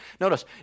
Notice